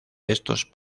estos